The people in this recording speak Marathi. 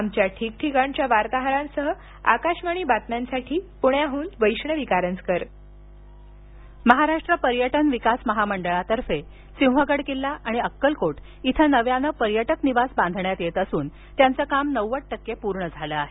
आमच्या ठिकठिकाणच्या वार्ताहरांसह आकाशवाणी बातम्यांसाठी वैष्णवी कारंजकर पुणे एमटीडीसी पर्यटक निवास महाराष्ट्र पर्यटन विकास महामंडळातर्फे सिंहगड किल्ला आणि अक्कलकोट इथं नव्यानं पर्यटक निवास बांधण्यात येत असूनत्यांचं काम नव्वद टक्के पूर्ण झालं आहे